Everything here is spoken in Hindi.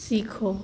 सीखो